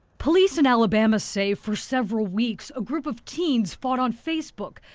police in alabama say for several weeks a group of teens fought on facebook.